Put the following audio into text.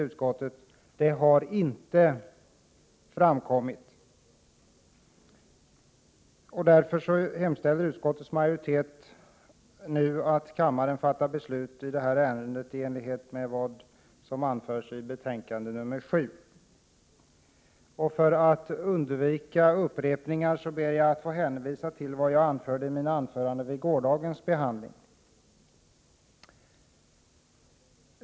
Utskottets majoritet hemställer därför nu om att kammaren fattar beslut i ärendet i enlighet med vad som anförs i betänkande 7. För att undvika upprepningar ber jag att få hänvisa till vad jag anförde i mina anföranden vid gårdagens behandling.